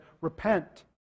Repent